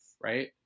right